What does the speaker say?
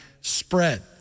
spread